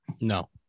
No